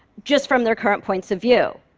just from their current points of view.